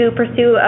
pursue